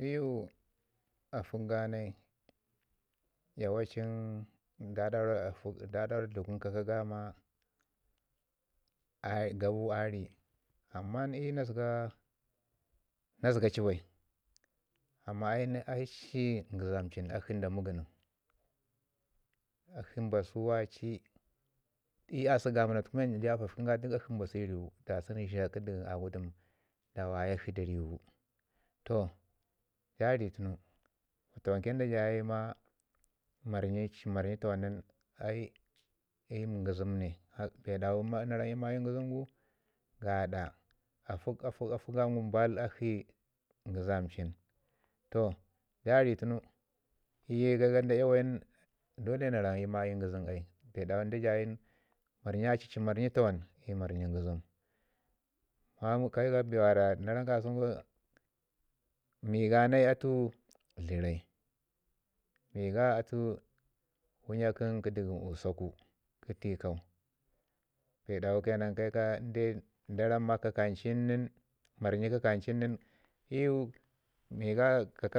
I yu afək gonai yawacin nda daura nda daura afək dləgun kaka ga ma g- garu ari amma i yu na zəgan ci bai amman aa akshi ngizam cin akshi nda migənəm akshi mbasu wai i asək gomana tuku men ja afafkin ga mbasu i riwu da sunu zha kə dəgəm agudim dan da wayakshi da riwu. Toh, ja ri tunu fatawanƙe da jaya yu ma ci marnyi tawan nin di ii ngizim ne bee dawo na ramma ii ngizim gu afək afək afəkga bai akshi ngizamcin toh ja ri tunu iyu gangam da iyawyu dolle na ramma i ngizim ai bee dawo nda jaya yu ci marnyi tawan dolle na ramma ii ma iyu ngzim. Bee dawu jaya yu ci marnyi ci ci marnyi tawan i marnyi ngizim. Bee dawo na ram ka sunu mii ga atu tlərai, mii ga atu wənya kə dəgəm usaku kə tikau. Bee dawu ke nan nda ramma kakancin marnyi kakancin nin i yu mii ka